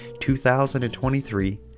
2023